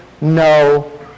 no